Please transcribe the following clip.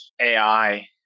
AI